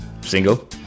Single